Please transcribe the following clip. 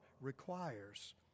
requires